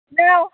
hello